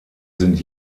sind